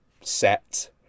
set